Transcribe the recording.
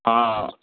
हाँ